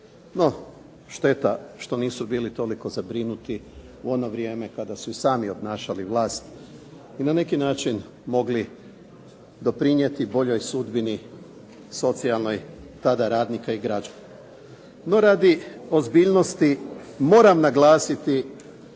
no šteta što nisu bili toliko zabrinuti u ono vrijeme kada su i sami obnašali vlast i na neki način mogli doprinijeti boljoj sudbini socijalnoj tada radnika i građana. No radi ozbiljnosti moram naglasiti